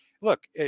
look